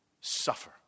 suffer